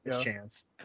chance